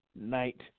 night